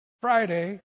Friday